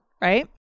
right